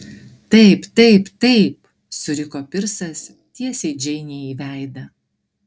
taip taip taip suriko pirsas tiesiai džeinei į veidą